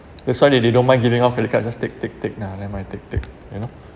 that's why they they don't mind giving off credit card just take take take nah never mind take take you know